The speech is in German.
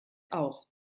auch